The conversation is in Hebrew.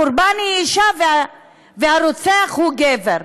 הקורבן אישה והרוצח הוא גבר.